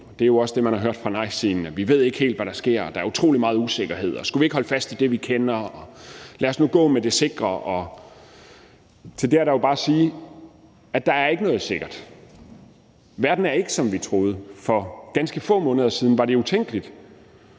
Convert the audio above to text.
det er jo også det, man har hørt fra nejsiden: Vi ved ikke helt, hvad der sker, og der er utrolig meget usikkerhed, og skulle vi ikke holde fast i det, vi kender, og gå med det sikre? – er der bare at sige, at der ikke er noget sikkert. Verden er ikke, som vi troede den var. For ganske få måneder siden var det utænkeligt